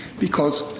because